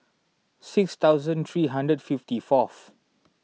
six thousand three hundred fifty fourth